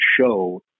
show